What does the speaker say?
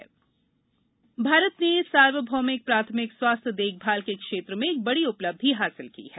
आयुष्मान भारत भारत ने सार्वभौमिक प्राथमिक स्वाथ्य देखभाल के क्षेत्र में एक बड़ी उपलब्धि हासिल की है